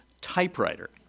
typewriter